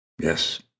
yes